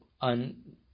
on